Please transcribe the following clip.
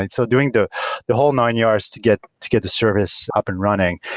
and so doing the the whole nine yards to get to get the service up and running.